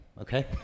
Okay